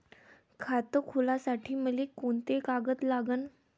खात खोलासाठी मले कोंते कागद लागन?